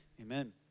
amen